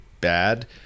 bad